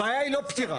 הבעיה היא לא פתירה.